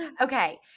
okay